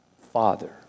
father